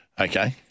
Okay